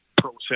process